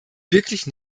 wirklich